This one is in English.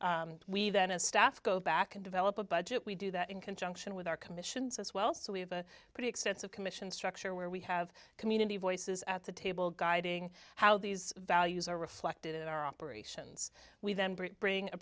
budget we then a staff go back and develop a budget we do that in conjunction with our commissions as well so we have a pretty extensive commission structure where we have community voices at the table guiding how these values are reflected in our operations we then bring bring a